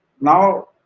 Now